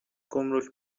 گمرگ